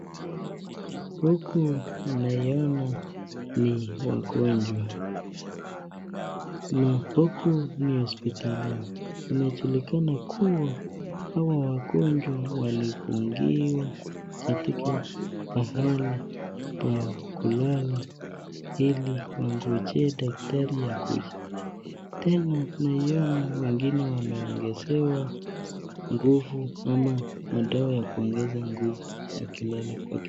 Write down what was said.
Huku naiona ni wagonjwa na huku ni hospitalini inajulikana kuwa hawa wagonjwa walifungiwa katika pahali pa kulala ili wangojee daktari akuje , tena naiona wengine wameongezewa nguvu ama madawa ya kuongeza nguvu wakilala kwa kitanda.